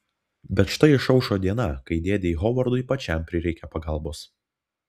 bet štai išaušo diena kai dėdei hovardui pačiam prireikia pagalbos